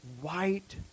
white